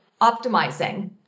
optimizing